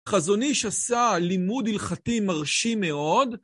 חזונ אי"ש עשה לימוד הלכתי מרשים מאוד.